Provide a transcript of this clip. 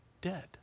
dead